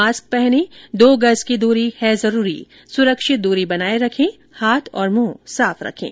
mask पहनें दो गज की दूरी है जरूरी सुरक्षित दूरी बनाए रखें हाथ और मुंह साफ रखें